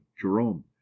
jerome